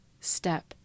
step